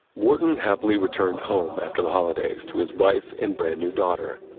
wharton happily returned home after the holidays to his wife and brand new daughter.